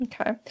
Okay